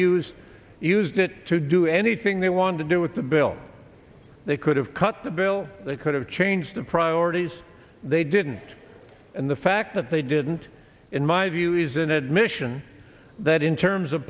used used it to do anything they wanted to do with the bill they could have cut the bill they could have changed the priorities they didn't and the fact that they didn't in my view is an admission that in terms of